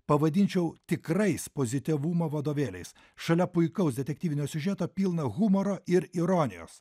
pavadinčiau tikrais pozityvumo vadovėliais šalia puikaus detektyvinio siužeto pilną humoro ir ironijos